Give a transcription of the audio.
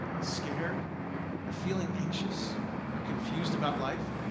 scared or feeling anxious or confused about life,